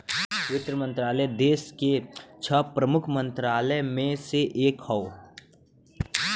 वित्त मंत्रालय देस के छह प्रमुख मंत्रालय में से एक हौ